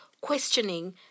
questioning